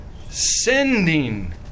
sending